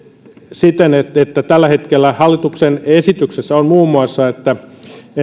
siten että tällä hetkellä hallituksen esityksessä on muun muassa että